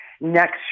next